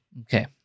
Okay